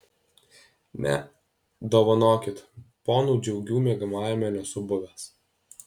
ne dovanokit ponų džiaugių miegamajame nesu buvęs